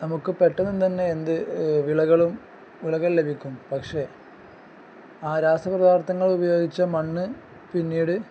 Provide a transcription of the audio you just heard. നമുക്ക് പെട്ടെന്നും തന്നെ എന്ത് വിളകളും വിളകൾ ലഭിക്കും പക്ഷേ ആ രാസപദാർത്ഥങ്ങൾ ഉപയോഗിച്ച മണ്ണ് പിന്നീട്